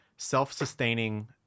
self-sustaining